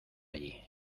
allí